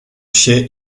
się